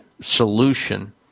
solution